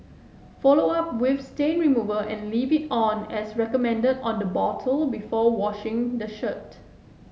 follow up with stain remover and leave it on as recommended on the bottle before washing the shirt